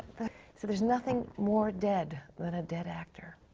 the, so there's nothing more dead, than a dead actor.